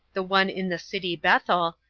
the one in the city bethel,